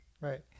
Right